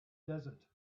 desert